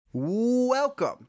Welcome